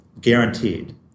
guaranteed